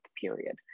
period